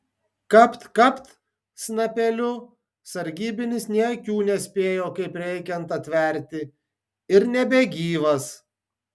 kapt kapt snapeliu sargybinis nė akių nespėjo kaip reikiant atverti ir nebegyvas